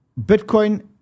Bitcoin